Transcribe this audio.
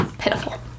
Pitiful